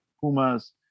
Pumas